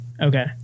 Okay